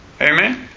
Amen